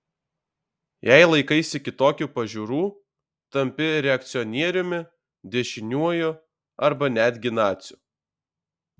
jei laikaisi kitokių pažiūrų tampi reakcionieriumi dešiniuoju arba netgi naciu